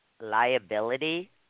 liability